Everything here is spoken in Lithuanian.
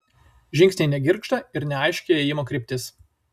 žingsniai negirgžda ir neaiški ėjimo kryptis